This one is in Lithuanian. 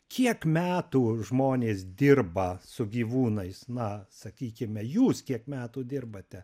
kiek metų žmonės dirba su gyvūnais na sakykime jūs kiek metų dirbate